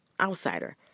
outsider